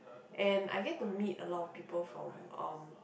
and I get to meet a lot of people from um